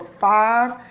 five